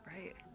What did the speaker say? Right